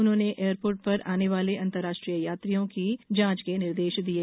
उन्होंने एयरपोर्ट पर आने वाले अन्तर्राष्ट्रीय यात्रियों की जाँच के निर्देश दिये